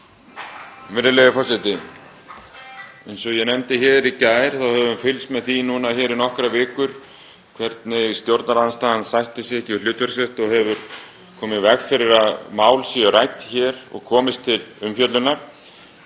Virðulegi forseti. Eins og ég nefndi í gær þá höfum við fylgst með því núna í nokkrar vikur hvernig stjórnarandstaðan sættir sig ekki við hlutverk sitt og hefur komið í veg fyrir að mál séu rædd hér og komist til umfjöllunar.